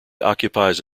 occupies